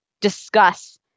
discuss